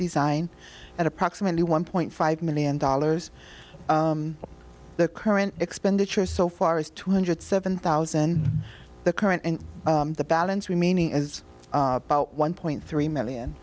design at approximately one point five million dollars the current expenditure so far is two hundred seven thousand the current and the balance remaining is one point three million